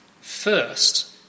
First